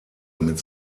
mit